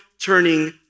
turning